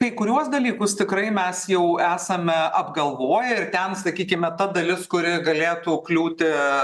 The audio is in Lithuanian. kai kuriuos dalykus tikrai mes jau esame apgalvoję ir ten sakykime ta dalis kuri galėtų kliūti